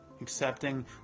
accepting